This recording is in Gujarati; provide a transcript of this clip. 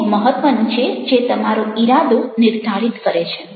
તે ખૂબ મહત્વનું છે જે તમારો ઇરાદો નિર્ધારિત કરે છે